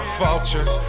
vultures